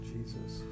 Jesus